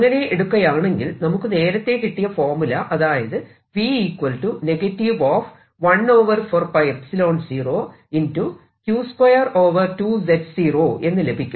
അങ്ങനെ എടുക്കയാണെങ്കിൽ നമുക്ക് നേരത്തെ കിട്ടിയ ഫോർമുല അതായത് എന്ന് ലഭിക്കും